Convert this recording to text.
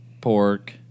pork